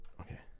Okay